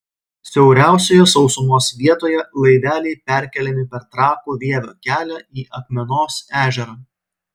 siauriausioje sausumos vietoje laiveliai perkeliami per trakų vievio kelią į akmenos ežerą